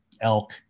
Elk